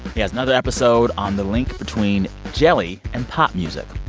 he has another episode on the link between jelly and pop music.